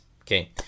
Okay